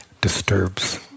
disturbs